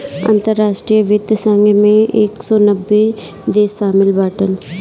अंतरराष्ट्रीय वित्तीय संघ मे एक सौ नब्बे देस शामिल बाटन